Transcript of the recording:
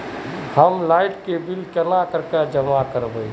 हम लाइट के बिल केना जमा करबे?